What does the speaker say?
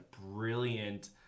brilliant